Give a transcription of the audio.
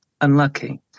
unlucky